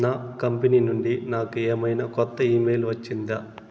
నా కంపెనీ నుండి నాకు ఏమైనా కొత్త ఇమెయిల్ వచ్చిందా